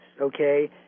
okay